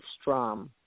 strum